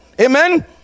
amen